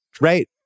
Right